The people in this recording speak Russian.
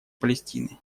палестины